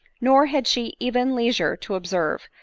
nor had she even leisure to observe,